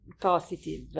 positive